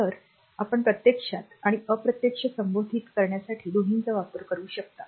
तर आपण प्रत्यक्ष आणि अप्रत्यक्ष संबोधित करण्यासाठी दोन्हीचा वापरू शकता